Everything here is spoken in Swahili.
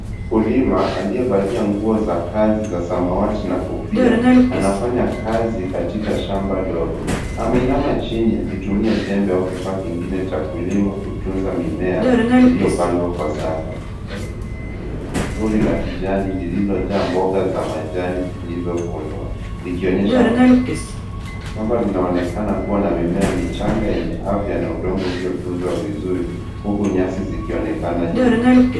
Mkulima amevaa nguo za kazi za rangi ya samawat. Anafanya kazi shambani, akijishughulisha na kulima na kutunza mimea. Ameinama chini akitumia jembe, akipanda na kuhudumia mimea iliyopandwa kwa saku. Shamba lina majani mabichi na tururi la kijani, pamoja na mboga za majani zilizopandwa kwa mpangilio mzuri.